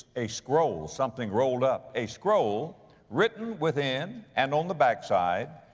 a scroll, something rolled up, a scroll written within and on the backside,